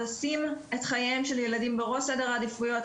לשים את חייהם של ילדים בראש סדר העדיפויות,